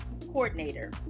coordinator